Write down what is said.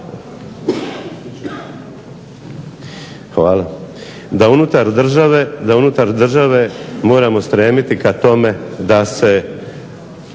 mislim da unutar države moramo stremiti ka tome da se